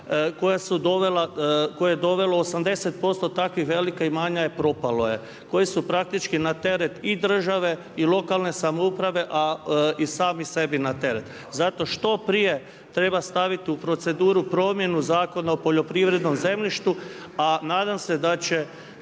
koje je dovelo 80% takvih velikih imanja propalo je. Koji su praktički na teret i države i lokalne samouprave, a i sami sebi na teret. Zato što prije treba staviti u proceduru promjenu Zakona o poljoprivrednom zemljištu a nadam se da će